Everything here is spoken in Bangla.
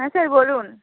হ্যাঁ স্যার বলুন